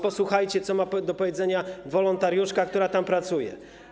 Posłuchajcie, co ma do powiedzenia wolontariuszka, która tam pracuje.